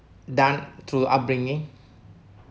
done through upbringing